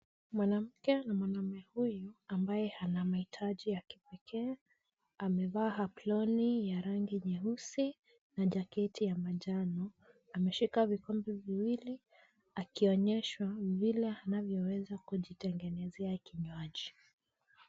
Mwanamke na mwanamume huyu ambaye ana mahitaji ya kipekee amevaa aproni ya rangi nyeusi na jacketi ya manjano. Ameshika vikombe viwili akionyeshwa vile anavyoweza kujitengenezea kinywaji.